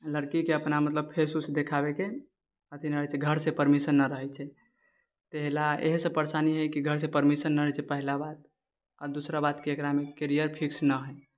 लड़कीके अपना मतलब फेस उस देखाबैके अथि नहि रहै छै घरसँ परमिशन नहि रहै छै ताहिला एहेसँ परेशानी है की घरसँ परमिशन नहि रहै छै पहिला बात आओर दूसरा बात की एकरामे कैरियर फिक्स नहि है